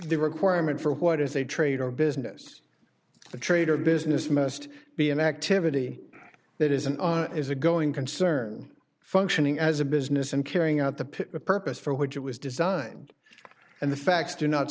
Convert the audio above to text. the requirement for what is a trade or business a trade or business must be an activity that isn't is a going concern functioning as a business and carrying out the pick a purpose for which it was designed and the facts do not